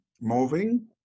moving